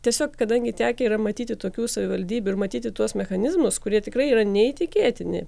tiesiog kadangi tekę matyti tokių savivaldybių ir matyti tuos mechanizmus kurie tikrai yra neįtikėtini